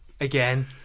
again